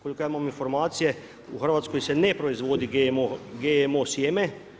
Koliko ja imam informacije u Hrvatskoj se ne proizvodi GMO sjeme.